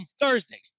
Thursday